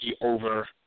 over